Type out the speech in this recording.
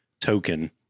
token